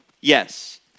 Yes